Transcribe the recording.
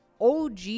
OG